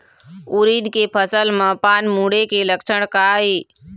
उरीद के फसल म पान मुड़े के लक्षण का ये?